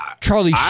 charlie